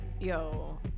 yo